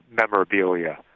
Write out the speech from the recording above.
memorabilia